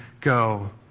go